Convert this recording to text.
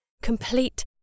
Complete